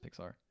Pixar